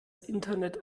internet